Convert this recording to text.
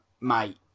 mate